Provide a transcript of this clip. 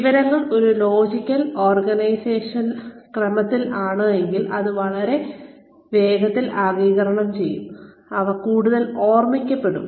വിവരങ്ങൾ ഒരു ലോജിക്കൽ ക്രമത്തിലാണെങ്കിൽ അത് വളരെ വേഗത്തിൽ ആഗിരണം ചെയ്യപ്പെടും അത് കൂടുതൽ ഓർമ്മിക്കപ്പെടും